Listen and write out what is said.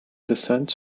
descent